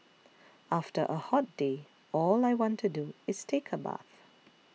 after a hot day all I want to do is take a bath